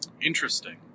Interesting